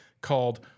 called